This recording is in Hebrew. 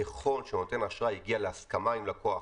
ככל שנותן האשראי הגיע להסכמה עם לקוח